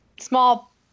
small